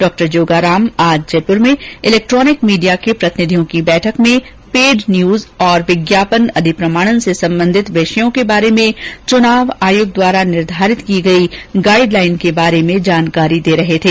डॉ जोगाराम आज जयपुर में इलेक्ट्रोनिक मीडिया के प्रतिनिधियों की बैठक में पेड न्यूज और विज्ञापन अधिप्रमाणन से संबंधित विषयों के बारे में चुनाव आयोग द्वारा निर्धारित की गई गाइडलाइन के बारे में जानकारी दे रहे थे